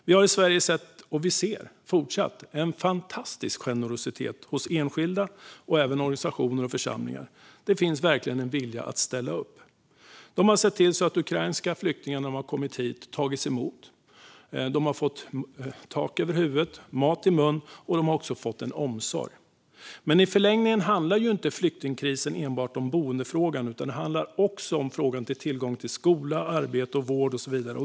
Vi har i Sverige sett, och vi ser fortsatt, en fantastisk generositet hos enskilda och även hos organisationer och församlingar. Det finns verkligen en vilja att ställa upp. De har sett till att ukrainska flyktingar som har kommit hit har tagits emot. De har fått tak över huvudet, mat i mun och de har också fått en omsorg. Men i förlängningen handlar inte flyktingkrisen enbart om boendefrågan utan även om tillgången till skola, arbete, vård och så vidare.